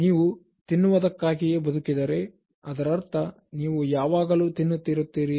ನೀವು ತಿನ್ನುವುದಕ್ಕಾಗಿಯೇ ಬದುಕಿದರೆ ಅದರರ್ಥ ನೀವು ಯಾವಾಗಲೂ ತಿನ್ನುತ್ತಿರುತ್ತೀರಿ ಎಂದು